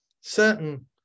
certain